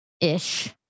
ish